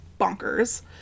Bonkers